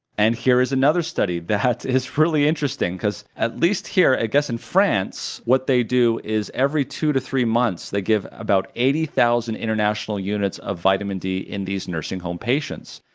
and here is another study that is really interesting because at least here i guess in france what they do is every two to three months, they give about eighty thousand international units of vitamin d in these nursing home patients,